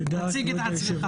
תודה.